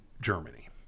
Germany